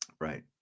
Right